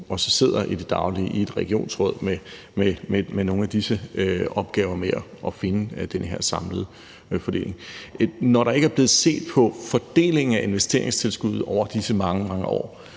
også i det daglige sidder i et regionsråd med nogle af disse opgaver med at finde den her samlede fordeling. Når der ikke er blevet set på fordelingen af investeringstilskuddet over disse mange, mange år,